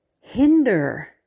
hinder